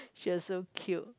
she was so cute